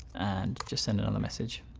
and just send another message.